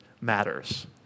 matters